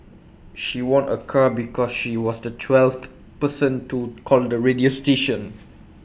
she won A car because she was the twelfth person to call the radio station